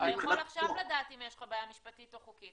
אתה יכול עכשיו לדעת אם יש לך בעיה משפטית או חוקית.